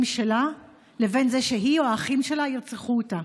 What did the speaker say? שלה לבין זה שהוא או האחים שלה ירצחו אותה.